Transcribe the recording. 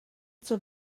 zur